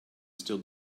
still